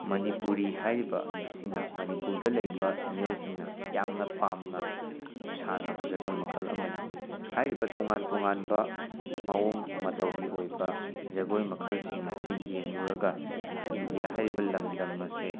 ꯃꯅꯤꯄꯨꯔꯤ ꯍꯥꯏꯔꯤꯕ ꯑꯁꯤꯅ ꯃꯅꯤꯄꯨꯔꯗ ꯂꯩꯕ ꯃꯤꯑꯣꯏꯁꯤꯡꯅ ꯌꯥꯝꯅ ꯄꯥꯝꯅ ꯁꯥꯅꯕ ꯖꯒꯣꯏ ꯃꯈꯜ ꯑꯃꯅꯤ ꯍꯥꯏꯔꯤꯕ ꯇꯣꯉꯥꯟ ꯇꯣꯉꯥꯟꯕ ꯃꯑꯣꯡ ꯃꯇꯧꯒꯤ ꯑꯣꯏꯕ ꯖꯒꯣꯏ ꯃꯈꯜꯁꯤꯡ ꯑꯁꯤ ꯌꯦꯡꯂꯨꯔꯒ ꯏꯟꯗꯤꯌꯥ ꯍꯥꯏꯔꯤꯕ ꯂꯝꯗꯝ ꯑꯁꯦ